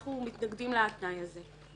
אנחנו מתנגדים לתנאי הזה.